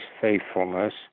faithfulness